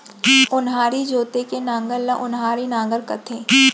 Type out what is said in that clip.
ओन्हारी जोते के नांगर ल ओन्हारी नांगर कथें